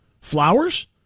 Flowers